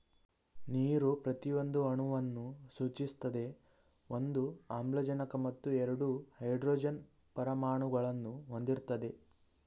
ನೀರು ಪ್ರತಿಯೊಂದು ಅಣುವನ್ನು ಸೂಚಿಸ್ತದೆ ಒಂದು ಆಮ್ಲಜನಕ ಮತ್ತು ಎರಡು ಹೈಡ್ರೋಜನ್ ಪರಮಾಣುಗಳನ್ನು ಹೊಂದಿರ್ತದೆ